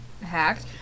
hacked